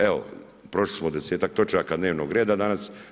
Evo, prošli smo desetak točaka dnevnog reda danas.